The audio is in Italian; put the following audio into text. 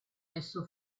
messo